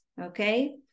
okay